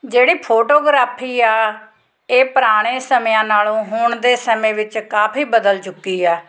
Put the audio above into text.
ਜਿਹੜੀ ਫੋਟੋਗ੍ਰਾਫੀ ਆ ਇਹ ਪੁਰਾਣੇ ਸਮਿਆਂ ਨਾਲੋਂ ਹੁਣ ਦੇ ਸਮੇਂ ਵਿੱਚ ਕਾਫੀ ਬਦਲ ਚੁੱਕੀ ਆ